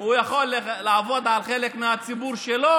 הוא יכול לעבוד על חלק מהציבור שלו.